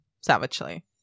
savagely